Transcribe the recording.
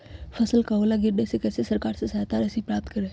फसल का ओला गिरने से कैसे सरकार से सहायता राशि प्राप्त करें?